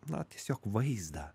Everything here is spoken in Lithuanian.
na tiesiog vaizdą